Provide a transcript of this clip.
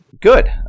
Good